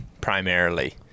primarily